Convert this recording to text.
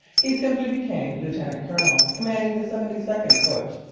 he simply became lieutenant-colonel commanding the seventy second foot,